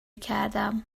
کردم